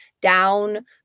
down